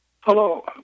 Hello